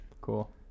Cool